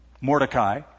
Mordecai